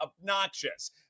obnoxious